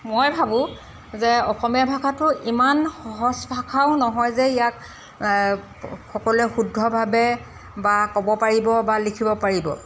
মই ভাবোঁ যে অসমীয়া ভাষাটো ইমান সহজ ভাষাও নহয় যে ইয়াক সকলোৱে শুদ্ধভাৱে বা ক'ব পাৰিব বা লিখিব পাৰিব